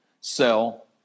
sell